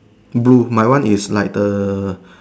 blue my one is like the